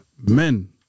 men